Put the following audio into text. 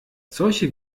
solche